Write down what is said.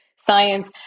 Science